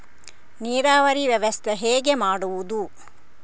ನೀರಾವರಿ ವ್ಯವಸ್ಥೆ ಹೇಗೆ ಮಾಡುವುದು?